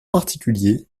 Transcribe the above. particulier